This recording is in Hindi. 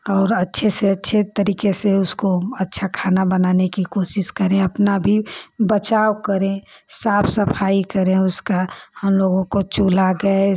और अच्छे से अच्छे तरीके से उसको अच्छा खाना बनाने की कोशिश करें अपना भी बचाव करें साफ़ सफ़ाई करें उसका हम लोगों को चूल्हा गैस